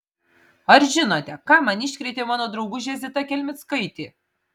ar žinote ką man iškrėtė mano draugužė zita kelmickaitė